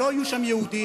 שלא יהיו שם יהודים,